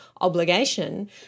obligation